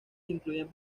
incluyen